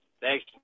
Thanks